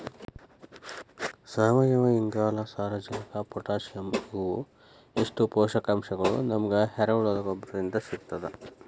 ಸಾವಯುವಇಂಗಾಲ, ಸಾರಜನಕ ಪೊಟ್ಯಾಸಿಯಂ ಇವು ಇಷ್ಟು ಪೋಷಕಾಂಶಗಳು ನಮಗ ಎರೆಹುಳದ ಗೊಬ್ಬರದಿಂದ ಸಿಗ್ತದ